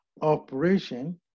operation